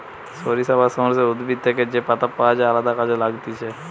সরিষা বা সর্ষে উদ্ভিদ থেকে যে পাতা পাওয় যায় আলদা কাজে লাগতিছে